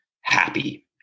happy